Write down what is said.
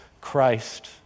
Christ